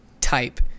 type